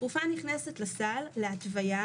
תרופה נכנסת לסל להתוויה